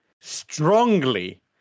strongly